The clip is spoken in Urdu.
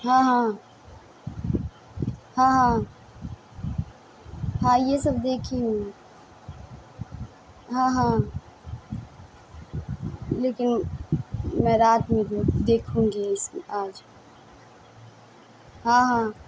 ہاں ہاں ہاں ہاں ہاں یہ سب دیکھی ہوں ہاں ہاں لیکن میں رات میں دیکھوں گی اسے آج ہاں ہاں